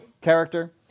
character